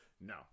no